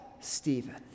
Stephen